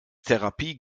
therapie